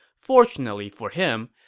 fortunately for him,